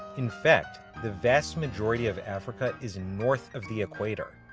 in fact, the vast majority of africa is north of the equator.